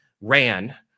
ran